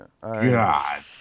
god